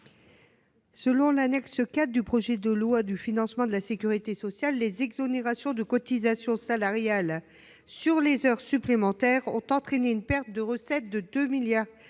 Selon l’annexe 4 du projet de loi de financement de la sécurité sociale pour 2024, les exonérations de cotisations salariales sur les heures supplémentaires ont entraîné une perte de recettes de 2,2 milliards